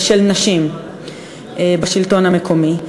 של נשים בשלטון המקומי.